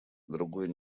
другой